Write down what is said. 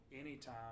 anytime